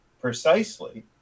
precisely